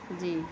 جی